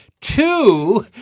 two